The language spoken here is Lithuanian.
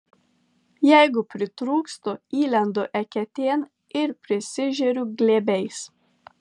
jeigu pritrūkstu įlendu eketėn ir prisižeriu glėbiais